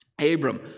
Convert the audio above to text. Abram